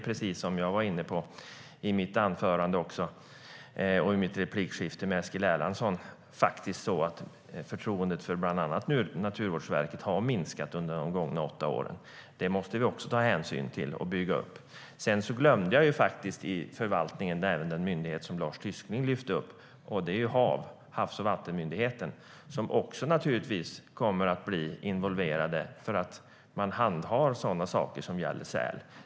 Precis som jag sa i mitt anförande och i mitt replikskifte med Eskil Erlandsson har faktiskt förtroendet för bland annat Naturvårdsverket minskat under de gångna åtta åren. Det måste vi också bygga upp.I förvaltningen glömde jag faktiskt den myndighet som Lars Tysklind tog upp, nämligen HaV, Havs och vattenmyndigheten, som också kommer att bli involverad eftersom man handhar sådant som gäller säl.